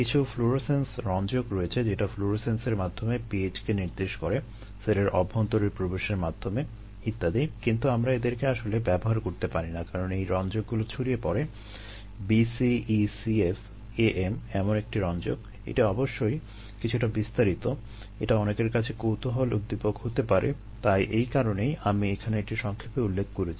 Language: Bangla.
কিছু ফ্লুরোসেন্স রঞ্জক রয়েছে যেটা ফ্লুরোসেন্সের মাধ্যমে pH কে নির্দেশ করে সেলের অভ্যন্তরে প্রবেশের মাধ্যমে ইত্যাদি কিন্তু আমরা এদেরকে আসলে ব্যবহার করতে পারি না কারণ এই রঞ্জকগুলো ছড়িয়ে পড়ে BCECF - AM এমন একটি রঞ্জক এটি অবশ্যই কিছুটা বিস্তারিত এটা অনেকের কাছে কৌতুহলোদ্দীপক হতে পারে তাই এ কারণেই আমি এখানে এটি সংক্ষেপে উল্লেখ করছি